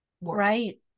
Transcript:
Right